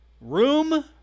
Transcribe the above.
Room